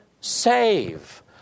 save